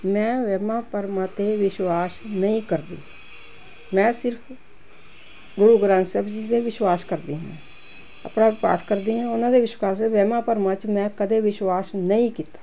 ਮੈਂ ਵਹਿਮਾਂ ਭਰਮਾਂ ਤੇ ਵਿਸ਼ਵਾਸ ਨਹੀਂ ਕਰਦੀ ਮੈਂ ਸਿਰਫ ਗੁਰੂ ਗ੍ਰੰਥ ਸਾਹਿਬ ਜੀ ਤੇ ਵਿਸ਼ਵਾਸ ਕਰਦੀ ਆਪਣਾ ਪਾਠ ਕਰਦੀ ਹਾਂ ਉਹਨਾਂ ਦੇ ਵਿਸ਼ਵਾਸ ਵਹਿਮਾ ਭਰਮਾਂ ਚ ਮੈਂ ਕਦੇ ਵਿਸ਼ਵਾਸ ਨਹੀਂ ਕੀਤਾ